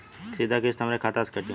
किस्त सीधा हमरे खाता से कटी?